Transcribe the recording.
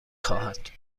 خواهد